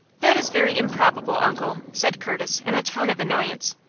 that is very improbable, uncle, said curtis, in a tone of annoyance.